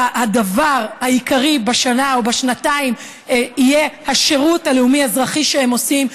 הדבר העיקרי בשנה או בשנתיים יהיה השירות הלאומי-אזרחי שהם עושים,